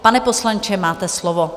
Pane poslanče, máte slovo.